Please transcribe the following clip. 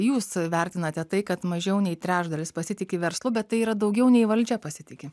jūs vertinate tai kad mažiau nei trečdalis pasitiki verslu bet tai yra daugiau nei valdžia pasitiki